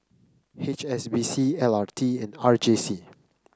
H S B C L R T and R J C